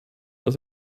aus